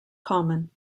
common